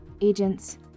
agents